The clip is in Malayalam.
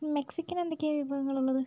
മെക്സിക്കൻ എന്തൊക്കെയാ വിഭവങ്ങളുള്ളത്